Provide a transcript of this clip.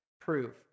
prove